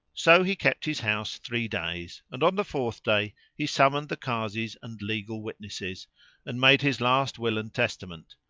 so he kept his house three days, and on the fourth day he summoned the kazis and legal witnesses and made his last will and testament,